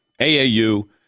AAU